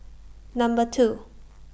Number two